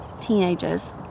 teenagers